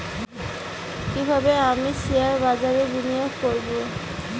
কিভাবে আমি শেয়ারবাজারে বিনিয়োগ করবে?